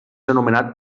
anomenat